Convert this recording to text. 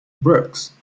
brooks